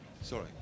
Sorry